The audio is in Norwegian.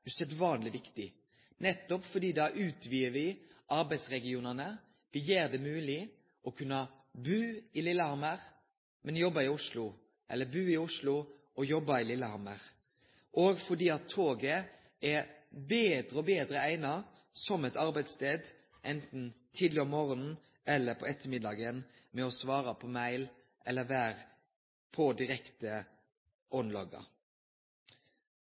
viktig, nettopp fordi vi da utvidar arbeidsregionane. Me gjer det mogleg å kunne bu i Lillehammer, men jobbe i Oslo, eller bu i Oslo og jobbe i Lillehammer, fordi toget er betre og betre eigna som arbeidsstad – anten tidleg på morgonen eller på ettermiddagen – ein kan svare på mail og vere direkte